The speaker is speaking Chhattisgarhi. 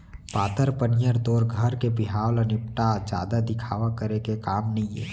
पातर पनियर तोर घर के बिहाव ल निपटा, जादा दिखावा करे के काम नइये